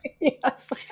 Yes